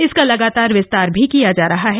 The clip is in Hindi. इसका लगातार विस्तार भी किया जा रहा है